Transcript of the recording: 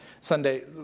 Sunday